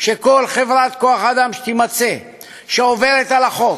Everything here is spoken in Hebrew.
שכל חברת כוח-אדם שתימצא עוברת על החוק,